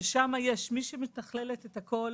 שבה יש מי שמתכללת את הכל